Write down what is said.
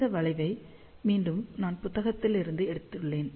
இந்த வளைவை மீண்டும் நான் புத்தகத்திலிருந்து எடுத்துள்ளேன்